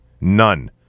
none